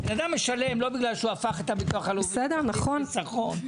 בן אדם משלם לא בגלל שהוא הפך את הביטוח הלאומי לתכנית חיסכון,